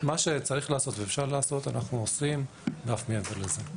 מה שצריך לעשות ואפשר לעשות אנחנו עושים ואף מעבר לזה.